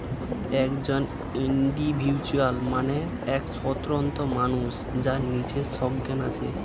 একজন ইন্ডিভিজুয়াল মানে এক স্বতন্ত্র মানুষ যার নিজের সজ্ঞান আছে